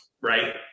right